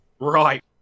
Right